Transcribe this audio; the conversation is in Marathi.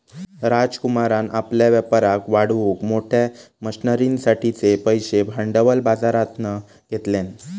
राजकुमारान आपल्या व्यापाराक वाढवूक मोठ्या मशनरींसाठिचे पैशे भांडवल बाजरातना घेतल्यान